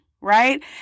right